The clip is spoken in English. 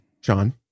John